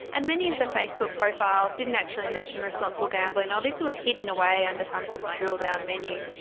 and many of the facebook profiles didn't actually mention responsible gambling or this was hidden away under some sort of drill-down menu.